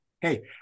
Hey